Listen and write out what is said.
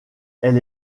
elle